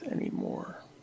anymore